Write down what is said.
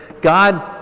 God